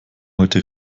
heute